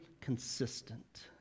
consistent